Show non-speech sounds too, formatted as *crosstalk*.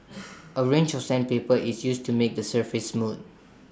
*noise* A range of sandpaper is used to make the surface smooth